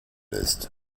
ist